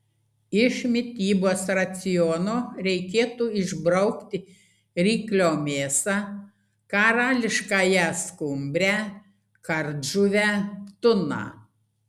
iš mitybos raciono reikėtų išbraukti ryklio mėsą karališkąją skumbrę kardžuvę tuną